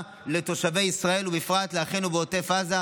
לתושבי ישראל ובפרט לאחינו בעוטף עזה,